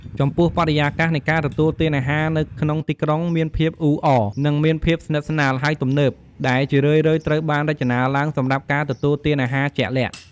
ចំពោះបរិយាកាសនៃការទទួលទានអាហារនៅក្នុងទីក្រុងមានភាពអ៊ូអរ និងមានភាពស្និទ្ធស្នាល ហើយទំនើប ដែលជារឿយៗត្រូវបានរចនាឡើងសម្រាប់ការទទួលទានអាហារជាក់លាក់។